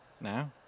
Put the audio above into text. now